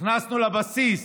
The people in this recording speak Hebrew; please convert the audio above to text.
הכנסנו לבסיס